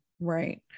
Right